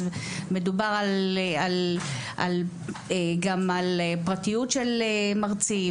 אז מדובר על פרטיות של מרצים,